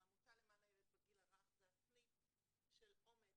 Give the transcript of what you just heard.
העמותה למען הילד בגיל הרך היא הסניף של אומץ